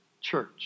church